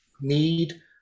need